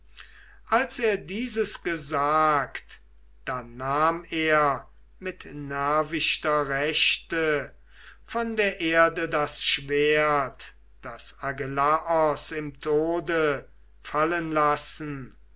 als er dieses gesagt da nahm er mit nervichter rechter von der erde das schwert das agelaos im tode fallen lassen